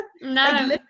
no